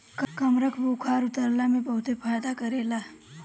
कमरख बुखार उतरला में बहुते फायदा करेला